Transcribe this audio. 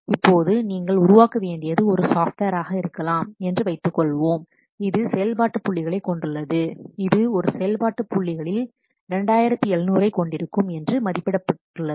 இப்போது நீங்கள் உருவாக்க வேண்டியது ஒரு சாஃப்ட்வேர் ஆக இருக்கலாம் என்று வைத்துக்கொள்வோம் இது செயல்பாட்டு புள்ளிகளைக் கொண்டுள்ளது இது ஒரு செயல்பாட்டு புள்ளிகளில் 2700 ஐக் கொண்டிருக்கும் என்று மதிப்பிடப்பட்டுள்ளது